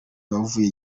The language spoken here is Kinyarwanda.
bavuye